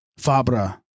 Fabra